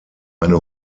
eine